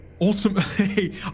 ultimately